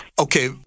Okay